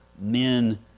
men